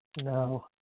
No